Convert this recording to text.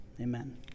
Amen